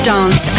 Dance